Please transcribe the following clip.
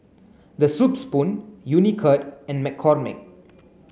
The Soup Spoon Unicurd and McCormick